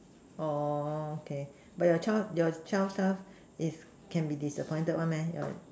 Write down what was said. oh okay but your child your child stuff is can be disappointed one your